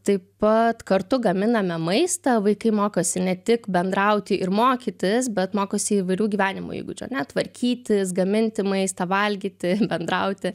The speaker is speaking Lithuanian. taip pat kartu gaminame maistą vaikai mokosi ne tik bendrauti ir mokytis bet mokosi įvairių gyvenimo įgūdžių ane tvarkytis gaminti maistą valgyti bendrauti